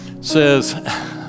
says